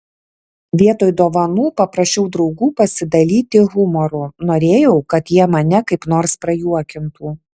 vietoj dovanų paprašiau draugų pasidalyti humoru norėjau kad jie mane kaip nors prajuokintų